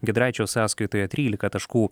giedraičio sąskaitoje trylika taškų